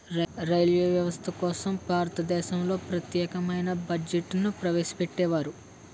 railway వ్యవస్థ కోసం భారతదేశంలో ప్రత్యేకమైన బడ్జెట్ను ప్రవేశపెట్టేవారు